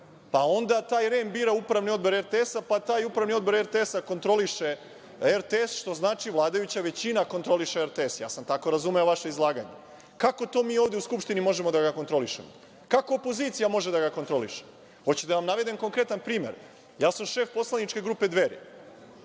Pa, onda taj REM bira upravni odbor RTS, pa taj upravni odbor RTS kontroliše RTS, što znači vladajuća većina kontroliše RTS, ja sam tako razumeo vaše izlaganje. Kako to mi ovde u Skupštini možemo da ga kontrolišemo? Kako opozicija može da ga kontroliše? Hoćete da vam navedem konkretan primer? Ja sam šef Poslaničke grupe Dveri.